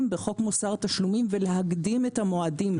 בחוק מוסר תשלומים ולהקדים את המועדים.